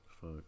Fuck